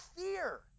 fear